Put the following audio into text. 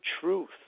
truth